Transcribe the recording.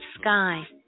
sky